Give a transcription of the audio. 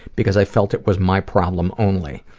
because i felt it was my problem only.